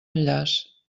enllaç